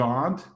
God